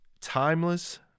Timeless